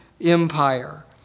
empire